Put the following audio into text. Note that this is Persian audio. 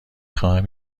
خواهم